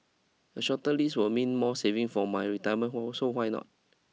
a shorter lease would mean more saving for my retirement hole so why not